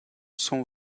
sont